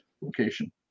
location